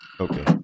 Okay